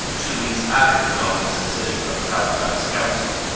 two weeks after the ominous decision of the halifax council.